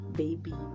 baby